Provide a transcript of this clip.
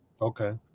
Okay